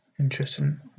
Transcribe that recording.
Interesting